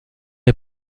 est